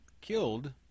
killed